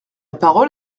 parole